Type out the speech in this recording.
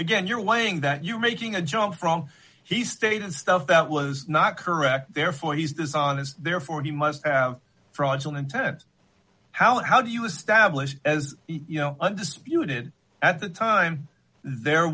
again you're lying that you're making a joke wrong he stated stuff that was not correct therefore he's dishonest therefore he must have fraudulent how and how do you establish as you know undisputed at the time there